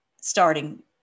starting